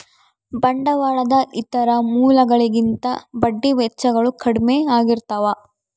ಬಂಡವಾಳದ ಇತರ ಮೂಲಗಳಿಗಿಂತ ಬಡ್ಡಿ ವೆಚ್ಚಗಳು ಕಡ್ಮೆ ಆಗಿರ್ತವ